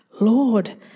Lord